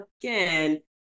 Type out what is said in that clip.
again